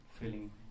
feeling